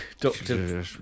doctor